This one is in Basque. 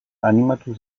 animatu